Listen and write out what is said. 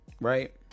right